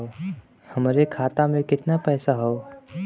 हमरे खाता में कितना पईसा हौ?